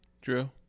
Drew